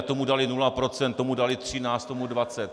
Tomu dali nula procent, tomu dali třináct, tomu dvacet.